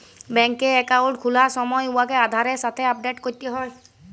ব্যাংকে একাউল্ট খুলার সময় উয়াকে আধারের সাথে আপডেট ক্যরতে হ্যয়